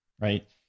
Right